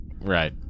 Right